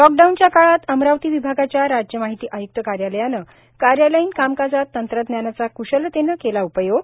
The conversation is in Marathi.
लॉकडाऊनच्या काळात अमरावती विभागाच्या राज्य माहिती आय्क्त कार्यालयाने कार्यालयीन कामकाजात तंत्रज्ञानाचा क्शलतेने केला उपयोग